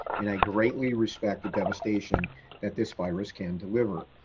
and i greatly respect the devastation that this virus can deliver.